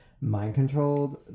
mind-controlled